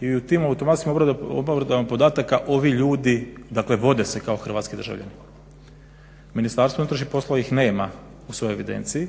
i u tim automatskim obradama podataka ovi ljudi dakle vode se kao hrvatski državljani. Ministarstvo unutarnjih poslova ih nema u svojoj evidenciji,